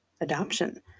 adoption